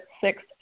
six